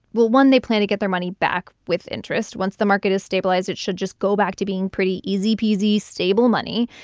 well, one, they plan to get their money back with interest. once the market is stabilized, it should just go back to being pretty easy peasy stable money.